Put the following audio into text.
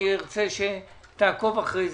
אני רוצה שתעקוב אחרי זה.